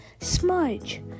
Smudge